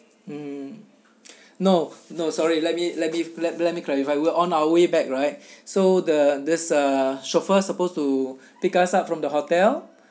mm no no sorry let me let me let me clarify we're on our way back right so the there's a chauffeur supposed to pick us up from the hotel